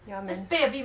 yeah man